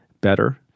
better